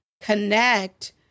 connect